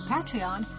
Patreon